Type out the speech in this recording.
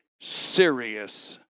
serious